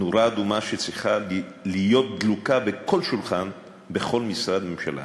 נורה אדומה שצריכה להיות דלוקה בכל שולחן בכל משרד ממשלה.